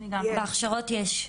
בהכשרות יש.